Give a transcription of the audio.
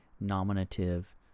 nominative